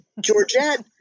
Georgette